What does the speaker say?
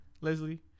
Leslie